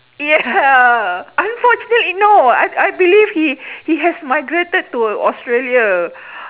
ya unfortunately no I I believe he he has migrated to Australia